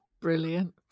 Brilliant